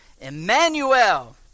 Emmanuel